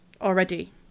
already